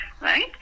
Right